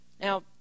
Now